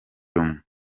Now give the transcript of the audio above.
rumwe